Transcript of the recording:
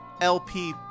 LP